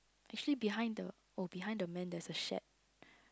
actually behind the oh behind the man there is a shed